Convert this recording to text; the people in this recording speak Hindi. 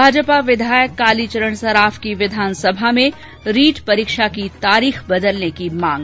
भाजपा विधायक कालीचरण सराफ ने विधानसभा में रीट परीक्षा की तारीख बदलने की मांग